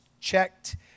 checked